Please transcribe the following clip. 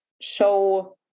show